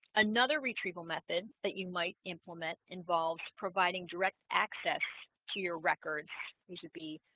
another retrieval method that you might implement involves providing direct access to your records you should be